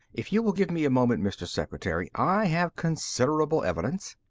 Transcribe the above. if you will give me a moment, mr. secretary, i have considerable evidence.